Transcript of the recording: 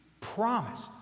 promised